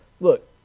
look